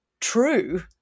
true